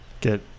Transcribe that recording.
get